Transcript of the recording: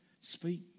speak